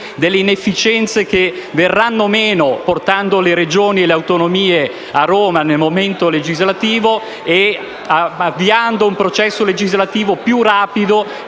delle inefficienze che verranno meno, portando le Regioni e le autonomie a Roma nel momento legislativo e avviando un processo legislativo più rapido,